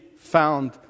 found